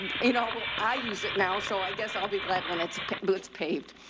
you know, i use it now, so i guess i'll be glad when it's blue. it's paved.